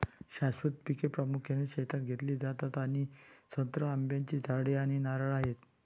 शाश्वत पिके प्रामुख्याने शेतात घेतली जातात आणि संत्री, आंब्याची झाडे आणि नारळ आहेत